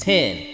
Ten